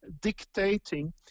dictating